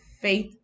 faith